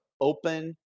open